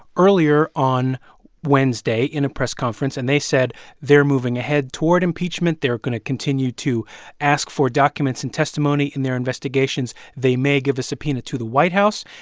earlier on wednesday in a press conference. and they said they're moving ahead toward impeachment. they're going to continue to ask for documents and testimony in their investigations. they may give a subpoena to the white house.